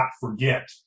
forget